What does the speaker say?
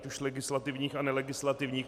Ať už legislativních a nelegislativních.